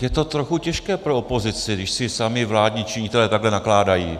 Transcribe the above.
Je to trochu těžké pro opozici, když si sami vládní činitelé takhle nakládají.